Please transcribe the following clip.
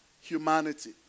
humanity